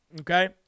Okay